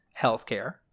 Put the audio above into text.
Healthcare